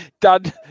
Dad